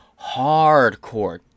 hardcore